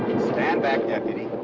stand back, deputy.